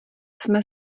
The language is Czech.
jsme